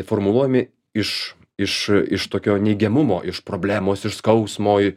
formuluojami iš iš iš tokio neigiamumo iš problemos iš skausmo